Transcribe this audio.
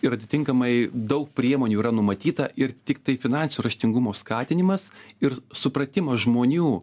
ir atitinkamai daug priemonių yra numatyta ir tiktai finansinio raštingumo skatinimas ir supratimas žmonių